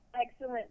excellent